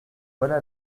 voilà